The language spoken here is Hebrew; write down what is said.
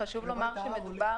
חשוב לומר שבאוטובוסים,